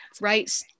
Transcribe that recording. right